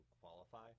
qualify